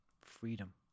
freedom